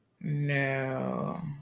no